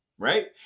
right